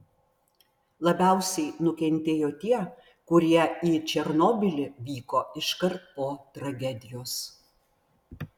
labiausiai nukentėjo tie kurie į černobylį vyko iškart po tragedijos